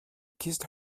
kissed